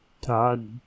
Todd